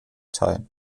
teil